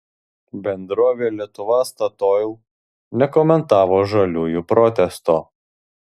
bendrovė lietuva statoil nekomentavo žaliųjų protesto